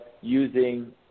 using